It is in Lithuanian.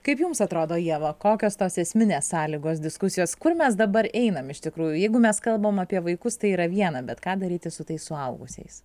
kaip jums atrodo ieva kokios tos esminės sąlygos diskusijos kur mes dabar einam iš tikrųjų jeigu mes kalbam apie vaikus tai yra viena bet ką daryti su tais suaugusiais